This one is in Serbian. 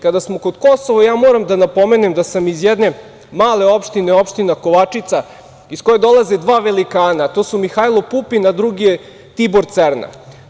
Kad smo kod Kosova, moram da napomenem da sam iz jedne male opštine, a to je opština Kovačica iz koje dolaze dva velikana, a to su Mihajlo Pupin, a drugi je Tibor Cerna.